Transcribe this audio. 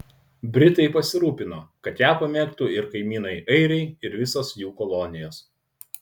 britai pasirūpino kad ją pamėgtų ir kaimynai airiai ir visos jų kolonijos